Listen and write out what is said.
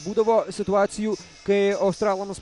būdavo situacijų kai australams